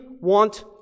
want